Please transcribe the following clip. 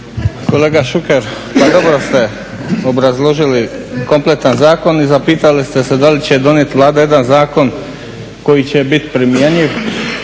Kolega Šuker, dobro ste obrazložili kompletan zakon i zapitali ste se da li će donijeti Vlada jedan zakon koji će bit primjenjiv.